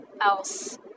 else